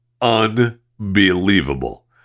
unbelievable